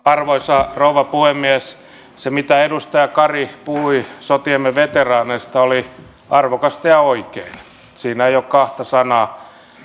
arvoisa rouva puhemies se mitä edustaja kari puhui sotiemme veteraaneista oli arvokasta ja oikein siinä ei ole kahta sanaa